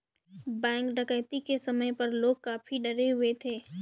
bank डकैती के समय पर लोग काफी डरे हुए थे